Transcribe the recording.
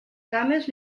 cames